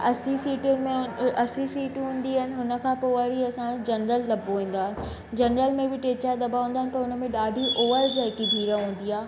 असी सीटीयुनि में असी सीटूं हूंदी अहिनि हुनखां पोइ वरी असांजो जनरल दॿो ईंंदो आहे जनरल में टे चारि दॿा हूंदा आहिनि हुनमें ॾाढी ओअर जैकी भीड़ हूंदी आहे